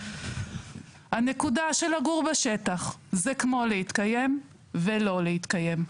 הנקודה של לגור בשטח זה כמו להתקיים ולא להתקיים.